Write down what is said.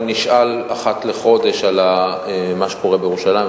אני נשאל אחת לחודש על מה שקורה בירושלים,